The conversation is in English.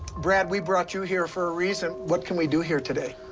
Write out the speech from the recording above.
brad, we brought you here for a reason. what can we do here today?